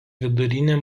vidurinę